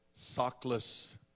sockless